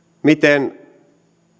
miten